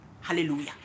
Hallelujah